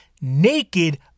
naked